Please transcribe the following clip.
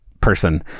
person